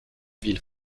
villes